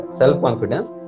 self-confidence